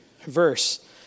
verse